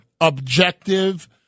objective